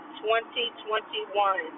2021